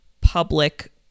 public